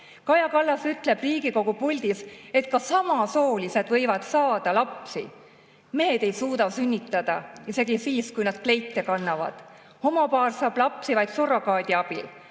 Kaja Kallas ütleb Riigikogu puldis, et ka samasoolised võivad saada lapsi. Mehed ei suuda sünnitada isegi siis, kui nad kleiti kannavad. Homopaar saab lapsi vaid surrogaadi abil.